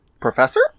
Professor